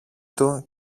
του